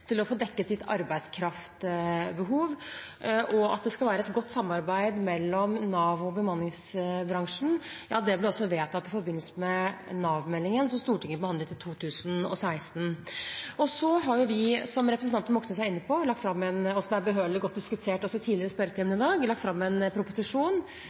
få dekket sitt arbeidskraftbehov. At det skal være et godt samarbeid mellom Nav og bemanningsbransjen, ble vedtatt i forbindelse med Nav-meldingen, som Stortinget behandlet i 2016. Så har vi, som representanten Moxnes er inne på, og som er behørig diskutert også tidligere i spørretimen i dag, lagt fram en proposisjon